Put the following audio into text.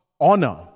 honor